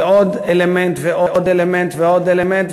זה עוד אלמנט ועוד אלמנט ועוד אלמנט,